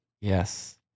Yes